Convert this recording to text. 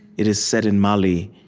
it is said in mali,